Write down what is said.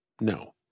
No